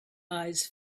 eyes